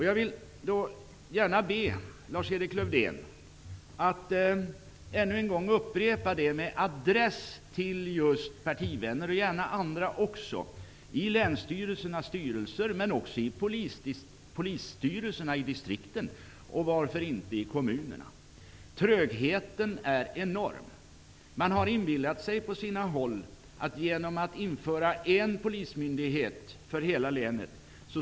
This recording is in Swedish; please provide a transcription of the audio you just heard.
Jag vill gärna be Lars-Erik Lövdén att ännu en gång upprepa detta, med adress till just partivänner och gärna andra också, i länsstyrelsernas styrelser men också i polisstyrelserna i distrikten och varför inte i kommunerna. Trögheten är enorm. På sina håll har man inbillat sig att polisen skulle bli mindre effektiv om man införde en polismyndighet för hela länet.